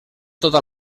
tota